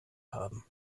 haben